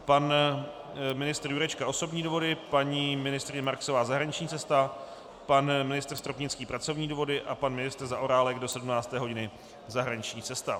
Pan ministr Jurečka osobní důvody, paní ministryně Marksová zahraniční cesta, pan ministr Stropnický pracovní důvody a pan ministr Zaorálek do 17. hodiny zahraniční cesta.